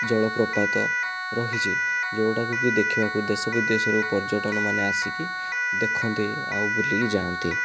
ଜଳ ପ୍ରପାତ ରହିଛି ଯେଉଁଟାକୁ କି ଦେଖିବାକୁ ଦେଶ ବିଦେଶରୁ ପର୍ଯ୍ୟଟନ ମାନେ ଆସିକି ଦେଖନ୍ତି ଆଉ ବୁଲିକି ଯାଆନ୍ତି